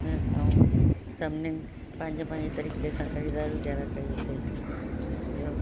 ऐं सभिनीनि पंहिंजे पंहिंजे तरीक़े सां ख़रीदार वग़ैरह कईसीं इहो